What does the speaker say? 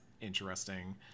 interesting